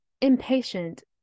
impatient